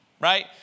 right